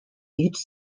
each